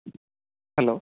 hello